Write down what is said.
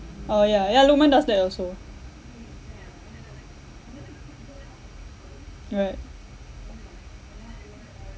oh ya ya lukman does that also right